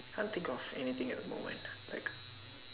can't think if anything at the moment like